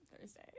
thursday